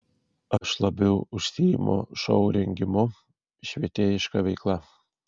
aš labiau užsiimu šou rengimu švietėjiška veikla